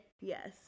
Yes